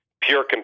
pure